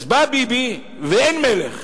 אז בא ביבי, ואין מלך.